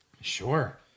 Sure